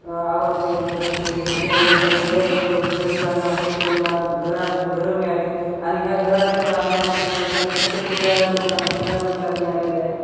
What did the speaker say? आवास योजना घरकुल योजना त्या निमित्तानी बऱ्याच गरिबांना होतकरूंना घर घरं मिळाले आणि ह्या घरांच्या बांधकामाच्या निमित्तानी छोट्या छोट्या लोकांनासुद्धा रोजगार मिळालेले आहेत